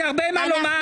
יש לי הרבה מה לומר.